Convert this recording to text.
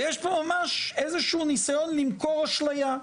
ויש פה ממש איזה שהוא ניסיון למכור אשליה.